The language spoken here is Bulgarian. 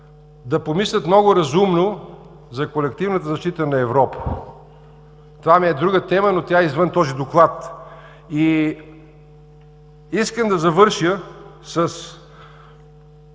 да помислят много разумно за колективната защита на Европа. Това ми е друга тема, но тя е извън този доклад. Искам да завърша с